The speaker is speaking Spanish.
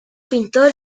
pintor